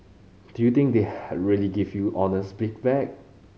do you think they really give you honest feedback